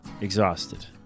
exhausted